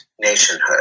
nationhood